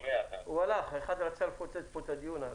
את מבינה את הקושי שלי?